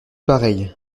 pareil